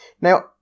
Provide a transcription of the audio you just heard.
Now